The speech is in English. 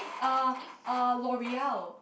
uh L'oreal